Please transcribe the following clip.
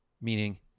meaning